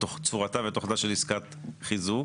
צורתה ותוכנה של עסקת חיזוק.